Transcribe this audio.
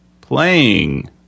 playing